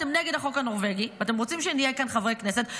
אתם נגד החוק הנורבגי ואתם רוצים שנהיה כאן חברי כנסת,